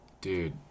Dude